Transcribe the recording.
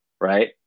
right